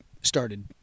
started